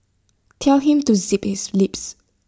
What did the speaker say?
tell him to zip his lips